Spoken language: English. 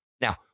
Now